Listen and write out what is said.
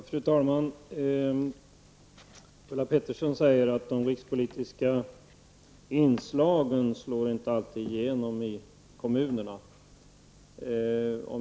Fru talman! Ulla Pettersson säger att de rikspolitiska inslagen inte alltid slår igenom i kommunerna.